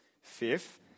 Fifth